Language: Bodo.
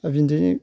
दा बिदि